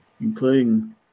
Including